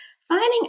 finding